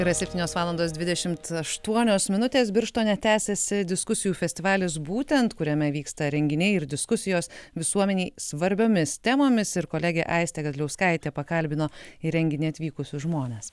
yra septynios valandos dvidešimt aštuonios minutės birštone tęsiasi diskusijų festivalis būtent kuriame vyksta renginiai ir diskusijos visuomenei svarbiomis temomis ir kolegė aistė gadliauskaitė pakalbino į renginį atvykusius žmones